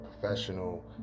professional